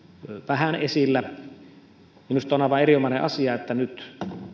vähän esillä minusta on aivan erinomainen asia että nyt